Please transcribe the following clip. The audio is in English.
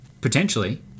Potentially